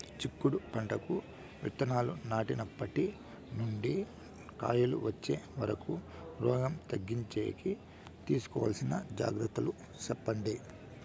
చిక్కుడు పంటకు విత్తనాలు నాటినప్పటి నుండి కాయలు వచ్చే వరకు రోగం తగ్గించేకి తీసుకోవాల్సిన జాగ్రత్తలు చెప్పండి?